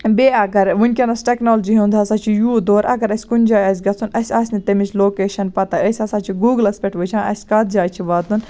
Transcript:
بیٚیہِ اَگر ؤنکیٚنس ٹیکنالجی ہُند ہسا چھُ یوٗت دور اَگر اَسہِ کُنہِ جایہِ آسہِ گژھُن اَسہِ آسہِ نہٕ تَمِچ لوکیشن پَتہ أسۍ ہسا چھِ گوٗگلَس پٮ۪ٹھ وُچھان اَسہِ کَتھ جایہِ چھُ واتُن